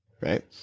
right